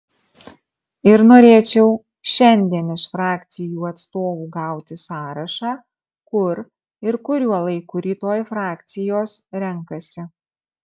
ir norėčiau šiandien iš frakcijų atstovų gauti sąrašą kur ir kuriuo laiku rytoj frakcijos renkasi